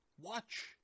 Watch